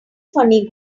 funny